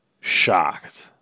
shocked